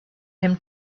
him